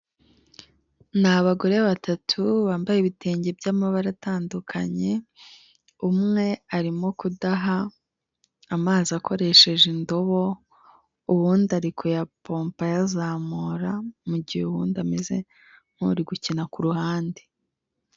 Ni abagore batatu bambaye ibitenge by'amabara atandukanye. Umwe arimo kudaha amazi akoresheje indobo uwundi ari kuyapompa ayazamura mu mugihe uwundi ameze nk'uri gukina kuruhande.